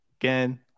Again